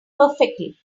perfectly